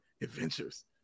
adventures